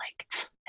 liked